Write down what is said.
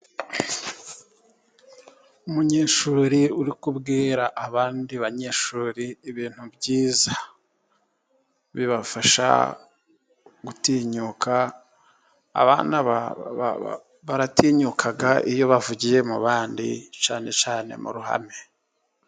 Umunyeshuri uri kubwira abandi banyeshuri ibintu byiza, bibafasha gutinyuka, abana baratinyuka, iyo bavugiye mu bandi cyane cyane mu ruhame.